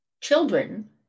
children